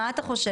מה אתה חושב,